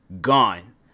gone